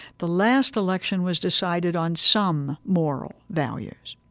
the last election was decided on some moral values.